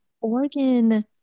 organ